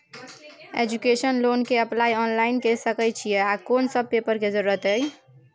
Education loan के apply online के सके छिए आ कोन सब पेपर के जरूरत इ?